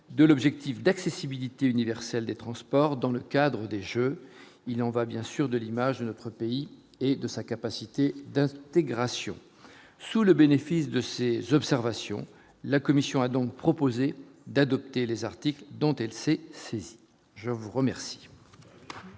de l'objectif d'accessibilité universelle des transports dans le cadre des Jeux, il en va, bien sûr, de l'image de notre pays et de sa capacité d'intégration sous le bénéfice de ses observations, la commission a donc proposé d'adopter les articles dont elle s'est saisie, je vous remercie.